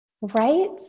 Right